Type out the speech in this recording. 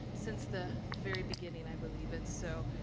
since the very beginning i believe. and so,